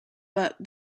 but